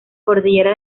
cordillera